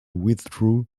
withdrew